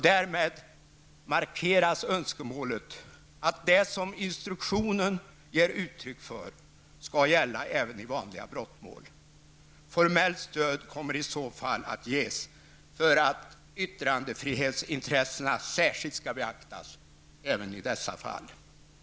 Därmed markeras önskemålet att det som instruktionen ger uttryck för skall gälla även i vanliga brottmål. Formellt stöd kommer i så fall att ges för att yttrandefrihetsintressena särskilt skall beaktas även i dessa fall.